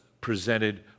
presented